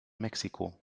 mexiko